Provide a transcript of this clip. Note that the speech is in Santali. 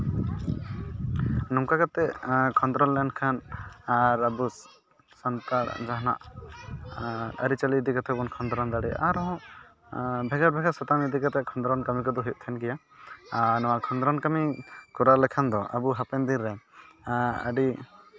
ᱱᱚᱝᱠᱟ ᱠᱟᱛᱮ ᱠᱷᱚᱸᱫᱽᱨᱚᱱ ᱞᱮᱱᱠᱷᱟᱱ ᱟᱨ ᱟᱵᱚ ᱥᱟᱱᱛᱟᱲ ᱡᱟᱦᱟᱸ ᱱᱟᱜ ᱟᱹᱨᱤᱼᱪᱟᱹᱞᱤ ᱤᱫᱤ ᱠᱟᱛᱮ ᱵᱚᱱ ᱠᱷᱚᱸᱫᱽᱨᱚᱱ ᱫᱟᱲᱮᱭᱟᱜᱼᱟ ᱟᱨᱦᱚᱸ ᱵᱷᱮᱜᱟᱨ ᱵᱷᱮᱜᱟᱨ ᱥᱟᱛᱟᱢ ᱤᱫᱤ ᱠᱟᱛᱮ ᱠᱷᱚᱸᱫᱽᱨᱚᱱ ᱠᱟᱹᱢᱤ ᱠᱚᱫᱚ ᱦᱩᱭᱩᱜ ᱛᱟᱦᱮᱱ ᱜᱮᱭᱟ ᱟᱨ ᱱᱚᱣᱟ ᱠᱷᱚᱸᱫᱽᱨᱚᱱ ᱠᱟᱹᱢᱤ ᱠᱚᱨᱟᱣ ᱞᱮᱠᱷᱟᱱ ᱫᱚ ᱟᱵᱚ ᱦᱟᱯᱮᱱ ᱫᱤᱱ ᱨᱮ ᱟᱹᱰᱤ